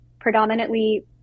predominantly